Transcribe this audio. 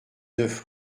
neuf